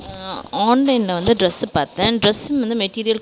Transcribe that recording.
ஆன்லைனில் வந்து ட்ரெஸ்ஸு பார்த்தேன் ட்ரெஸ்ஸும் வந்து மெட்டீரியல்